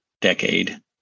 decade